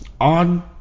on